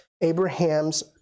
Abraham's